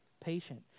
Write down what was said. patient